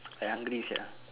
I hungry sia